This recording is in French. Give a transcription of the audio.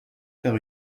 par